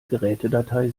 gerätedatei